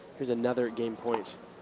here's another game point.